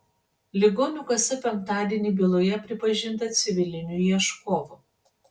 ligonių kasa penktadienį byloje pripažinta civiliniu ieškovu